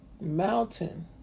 mountain